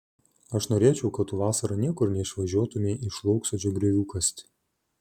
aš norėčiau kad tu vasarą niekur neišvažiuotumei iš lauksodžio griovių kasti